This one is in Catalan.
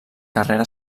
carrera